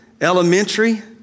elementary